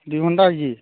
ଦୁଇ ଘଣ୍ଟା ହୋଇଛି